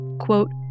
quote